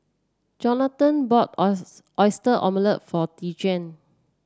Jonathan bought oys Oyster Omelette for Dejuan